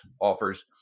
offers